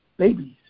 babies